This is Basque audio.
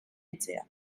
etxeak